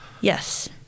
Yes